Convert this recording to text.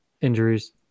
injuries